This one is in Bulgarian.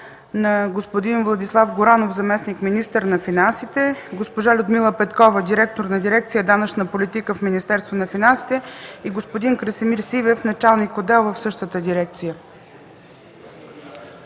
на господин Владислав Горанов – заместник-министър на финансите, госпожа Людмила Петкова – директор на дирекция „Данъчна политика” в Министерство на финансите, и господин Красимир Сивев – началник на отдел в същата дирекция.